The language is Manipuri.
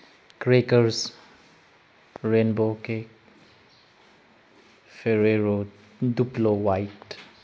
ꯀ꯭ꯔꯦꯀꯔꯁ ꯔꯦꯟꯕꯣ ꯀꯦꯛ ꯐꯦꯔꯦꯔꯣꯠ ꯗꯨꯛꯂꯣ ꯋꯥꯏꯠ